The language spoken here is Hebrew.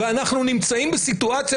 ואנחנו נמצאים בסיטואציה,